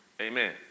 Amen